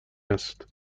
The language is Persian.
است